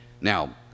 Now